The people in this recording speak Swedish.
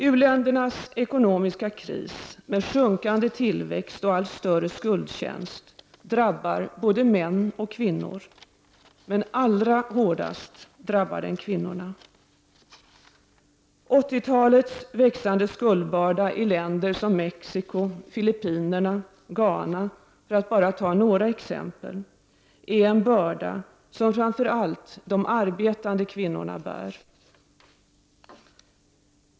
U-ländernas ekonomiska kris med sjunkande tillväxt och allt större skuldtjänst drabbar både män och kvinnor — men allra hårdast drabbar den kvinnorna. 80-talets växande skuldbörda i länder som Mexico, Filippinerna, Ghana, för att ta några exempel, är en börda som framför allt de arbetande kvinnorna bär.